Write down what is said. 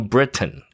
Britain